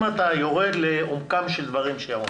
אם אתה יורד לעומקם של דברים שהיא אמרה,